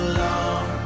long